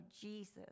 Jesus